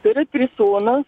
turiu tris sūnus